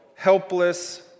helpless